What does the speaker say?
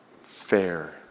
fair